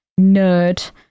nerd